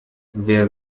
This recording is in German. wer